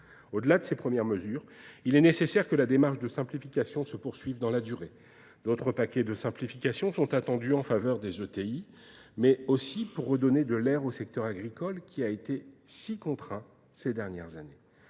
Au-delà de ces premières mesures, il est nécessaire que la démarche de simplification se poursuive dans la durée. D'autres paquets de simplification sont attendus en faveur des ETI, mais aussi pour redonner de l'air au secteur agricole qui a été si contraint ces dernières années.